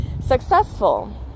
successful